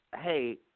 hey